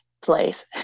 place